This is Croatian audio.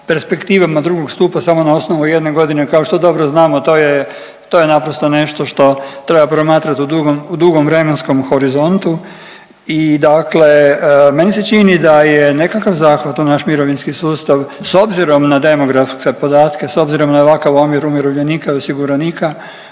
perspektivama drugog stupa samo na osnovu jedne godine. Kao što dobro znamo to je, to je naprosto nešto što treba promatrat u dugom vremenskom horizontu i dakle meni se čini da je nekakav zahvat u naš mirovinski sustav s obzirom na demografske podatke, s obzirom na ovakav omjer umirovljenika i osiguranika